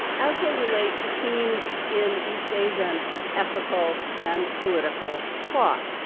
as they relate to themes in east asia and ethical and political thought.